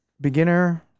beginner